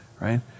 right